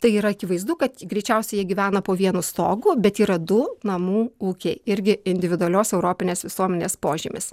tai yra akivaizdu kad greičiausiai jie gyvena po vienu stogu bet yra du namų ūkiai irgi individualios europinės visuomenės požymis